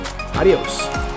Adios